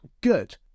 good